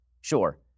sure